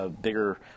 bigger